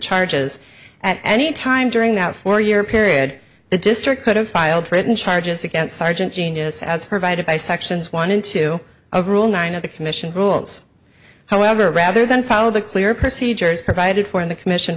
charges at any time during that four year period the district could have filed written charges against sergeant genius as provided by sections one into a rule nine of the commission rules however rather than follow the clear percy jurors provided for in the commission